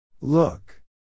Look